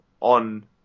on